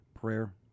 Prayer